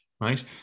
right